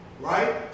Right